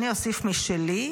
אני אוסיף משלי,